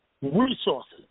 resources